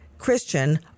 Christian